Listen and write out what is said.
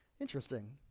Interesting